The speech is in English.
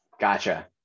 Gotcha